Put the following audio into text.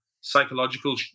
psychological